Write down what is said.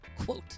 Quote